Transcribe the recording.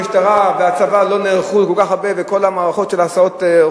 המשטרה והצבא לא נערכו לכל כך הרבה ולכל המערכות של ההסעות.